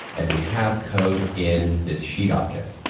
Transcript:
and we have code in this sheet object.